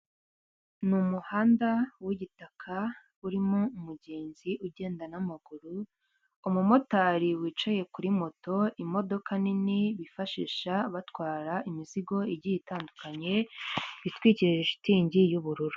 Ni umuhanda w'igitaka urimo umugenzi ugenda n'amaguru umumotari wicaye kuri moto imodoka nini bifashisha batwara imizigo igiye itandukanye itwikirije shitingi y'ubururu.